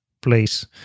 place